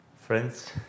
Friends